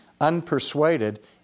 unpersuaded